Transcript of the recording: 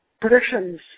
predictions